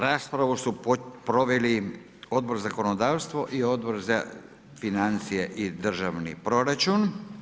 Raspravu su proveli Odbor za zakonodavstvo i Odbor za financije i državni proračun.